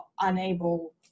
unable